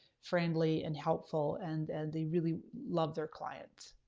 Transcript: friendly and helpful and and they really love their clients.